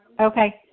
Okay